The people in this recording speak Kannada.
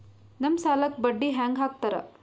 ನಮ್ ಸಾಲಕ್ ಬಡ್ಡಿ ಹ್ಯಾಂಗ ಹಾಕ್ತಾರ?